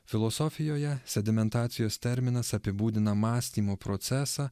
filosofijoje sedimentacijos terminas apibūdina mąstymo procesą